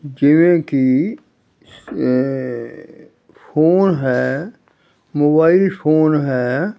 ਜਿਵੇਂ ਕਿ ਫੋਨ ਹੈ ਮੋਬਾਈਲ ਫੋਨ ਹੈ